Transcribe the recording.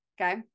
okay